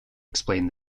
explain